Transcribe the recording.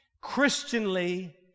Christianly